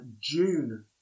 June